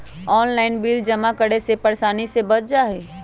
Online bill जमा करे से परेशानी से बच जाहई?